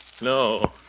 No